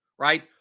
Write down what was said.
Right